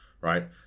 right